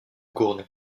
gournay